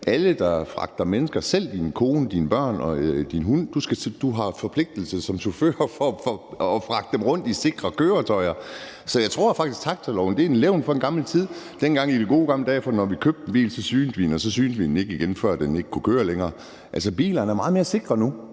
alle, der fragter mennesker, selv din kone, dine børn og din hund, har forpligtelse som chauffør til at fragte dem rundt i sikre køretøjer. Så jeg tror faktisk, taxiloven er et levn fra en gammel tid. Dengang i de gode gamle dage, når vi købte en bil, synede vi den, og så synede vi den ikke igen, før den ikke kunne køre længere. Altså, bilerne er meget mere sikre nu.